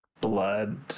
Blood